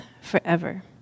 forever